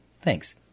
Thanks